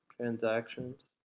Transactions